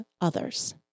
others